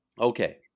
Okay